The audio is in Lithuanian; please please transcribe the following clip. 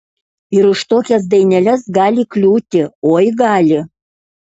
ir už tokias daineles gali kliūti oi gali